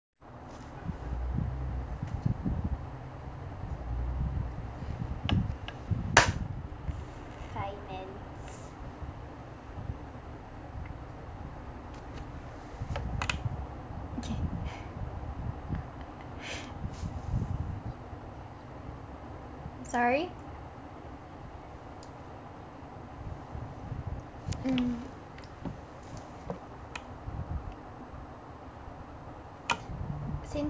sorry mm since